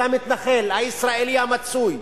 של המתנחל הישראלי המצוי,